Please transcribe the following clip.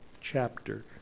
chapter